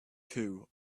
two